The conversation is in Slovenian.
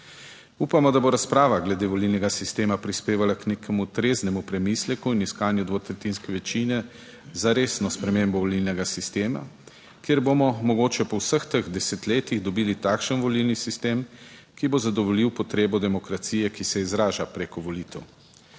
Upamo, da bo razprava glede volilnega sistema prispevala k nekemu treznemu premisleku in iskanju dvotretjinske večine za resno spremembo volilnega sistema, kjer bomo mogoče po vseh teh desetletjih dobili takšen volilni sistem, ki bo zadovoljil potrebo demokracije, ki se izraža preko volitev.